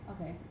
Okay